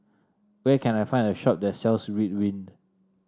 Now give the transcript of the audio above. where can I find a shop that sells Ridwind